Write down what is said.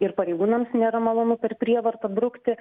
ir pareigūnams nėra malonu per prievartą brukti